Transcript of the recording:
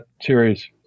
series